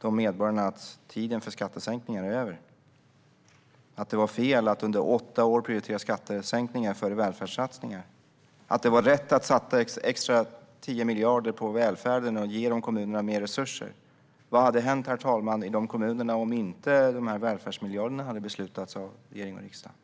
de medborgarna att tiden för skattesänkningar är över. Man säger att det var fel att under åtta år prioritera skattesänkningar före välfärdssatsningar. Man säger att det var rätt att satsa 10 miljarder extra på välfärden och att ge kommunerna mer resurser. Vad hade hänt i de här kommunerna, herr talman, om regeringen och riksdagen inte hade beslutat om dessa välfärdsmiljarder?